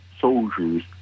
soldiers